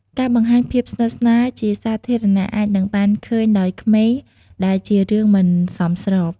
ការបង្ហាញភាពស្និទ្ធស្នាលជាសាធារណៈអាចនឹងបានឃើញដោយក្មេងដែលជារឿងមិនសមស្រប។